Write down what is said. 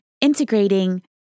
integrating